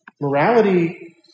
morality